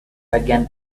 again